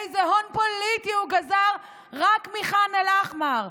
איזה הון פוליטי הוא גזר רק מח'אן אל-אחמר?